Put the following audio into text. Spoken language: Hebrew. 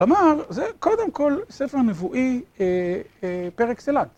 ‫כלומר, זה קודם כל ‫ספר נבואי פר אקסלנס.